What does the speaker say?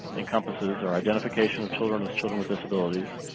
encompasses are identification of children as children with disabilities